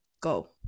go